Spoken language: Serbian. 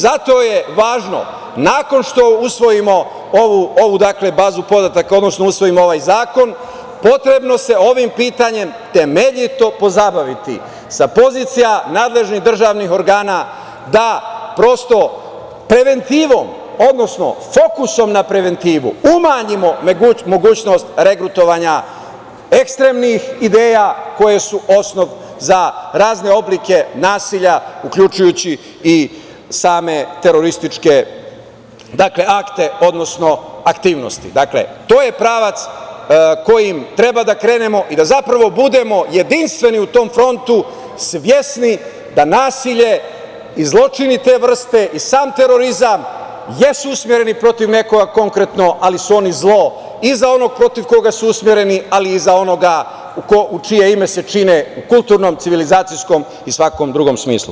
Zato je važno, nakon što usvojimo ovu bazu podataka, odnosno usvojimo ovaj zakon, potrebno je da se ovim pitanjem temeljito pozabaviti, sa pozicija nadležnih državnih organa da prosto preventivom, odnosno fokusom na preventivu, umanjimo mogućnost regrutovanja ekstremnih ideja koje su osnov za razne oblike nasilja, uključujući i same terorističke akte, ili aktivnosti i to je pravac kojim treba da krenemo i da zapravo budemo jedinstveni u tom frontu, svesni da nasilje i zločini te vrste i sam terorizam jesu usmereni protiv nekoga konkretno ali su oni zlo i za onog protiv koga su usmereni, ali i za onoga u čije ime se čine u kulturnom civilizacijskom i svakom drugom smislu.